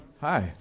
Hi